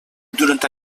durant